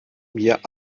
mir